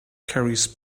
carries